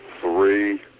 three